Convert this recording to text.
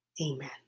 amen